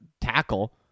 tackle